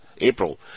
April